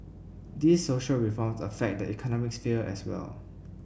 these social reforms affect the economic sphere as well